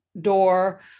door